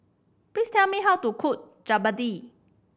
please tell me how to cook Jalebi